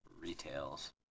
Retails